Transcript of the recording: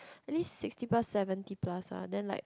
I think sixty plus seventy plus lah then like